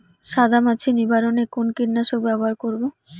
সাদা মাছি নিবারণ এ কোন কীটনাশক ব্যবহার করব?